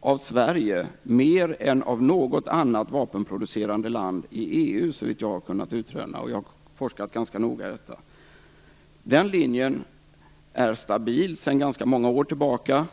av Sverige mer än av något annat vapenproducerande land i EU, såvitt jag har kunnat utröna - och jag har forskat ganska noga i detta. Den linjen är stabil sedan ganska många år tillbaka.